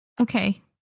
Okay